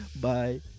Bye